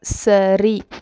சரி